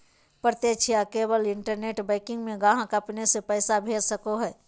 प्रत्यक्ष या केवल इंटरनेट बैंकिंग में ग्राहक अपने से पैसा भेज सको हइ